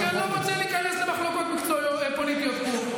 כל פרק 600 מיליון שקל,